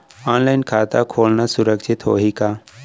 Online खाता खोलना सुरक्षित होही का?